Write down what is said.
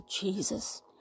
Jesus